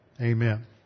Amen